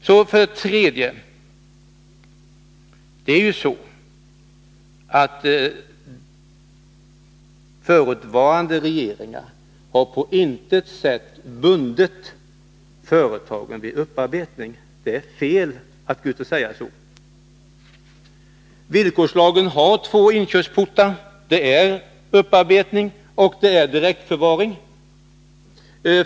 Så till det tredje svaret. Förutvarande regeringar har på intet sätt bundit företagen vid upparbetning. Villkorslagen har två inkörsportar: upparbetning och direktförvaring.